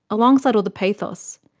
alongside all the pathos.